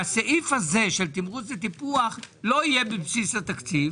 קבע שהסעיף הזה של תמרוץ וטיפוח לא יהיה בבסיס התקציב,